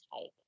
take